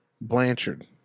Blanchard